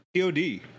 POD